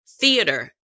theater